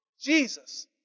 Jesus